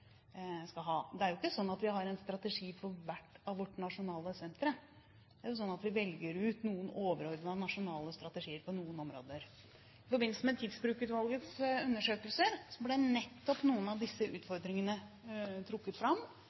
skal ha. Det er ikke slik at vi har en strategi for hvert av våre nasjonale sentre. Det er slik at vi velger ut noen overordnede nasjonale strategier på noen områder. I forbindelse med Tidsbrukutvalgets undersøkelser ble nettopp noen av disse utfordringene trukket fram.